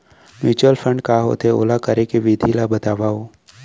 mutual fund का होथे, ओला करे के विधि ला बतावव